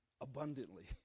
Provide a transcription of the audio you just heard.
abundantly